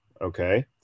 Okay